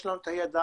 יש לנו את הידע,